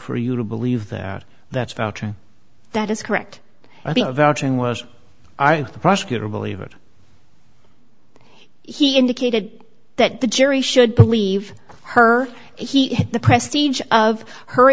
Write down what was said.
for you to believe that that's true that is correct and was the prosecutor believe it he indicated that the jury should believe her he had the prestige of her